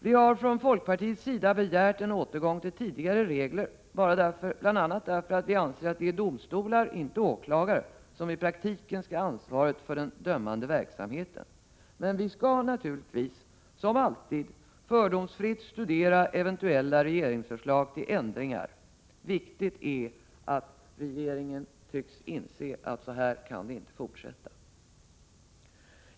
Vi har från folkpartiets sida begärt en återgång till tidigare regler, bl.a. därför att vi anser att det är domstolar och inte åklagare som i praktiken skall ha ansvaret för den dömande verksamheten. Men vi skall naturligtvis, som alltid, fördomsfritt studera eventuella regeringsförslag till ändringar. Viktigt är att regeringen nu tycks inse att det inte kan fortsätta på det sätt som sker.